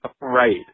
Right